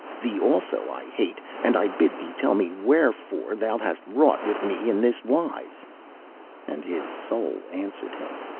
thee also i hate, and i bid thee tell me wherefore thou hast wrought with me in this wise and his soul answered him,